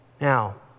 Now